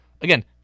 again